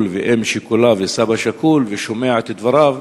ואם שכולה וסבא שכול ושומע את דבריו,